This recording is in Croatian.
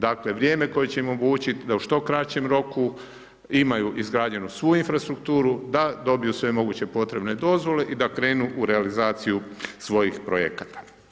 Dakle, vrijeme koje će im omogućit da u što kraćem roku imaju izgrađenu svu infrastrukturu, da dobiju sve moguće potrebne dozvole i da krenu u realizaciju svojih projekata.